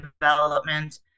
development